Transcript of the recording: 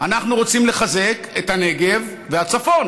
אנחנו רוצים לחזק את הנגב והצפון.